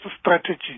strategy